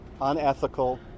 unethical